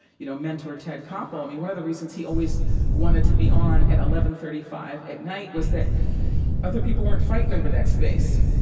you know, mentor ted koppel, i mean one of the reasons he always always wanted to be on at eleven thirty five at night was that other people weren't fighting over that space